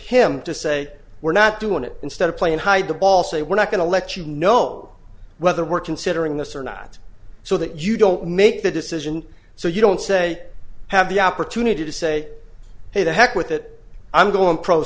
him to say we're not doing it instead of playing hide the ball say we're not going to let you know whether we're considering the circuit so that you don't make the decision so you don't say have the opportunity to say hey the heck with it i'm going pro